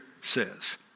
says